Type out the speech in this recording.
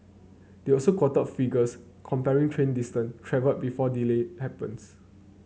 they also quoted figures comparing train distance travelled before delay happens